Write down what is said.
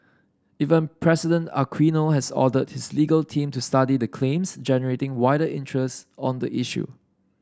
even President Aquino has ordered his legal team to study the claims generating wider interest on the issue